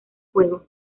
fuego